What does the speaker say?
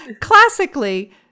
Classically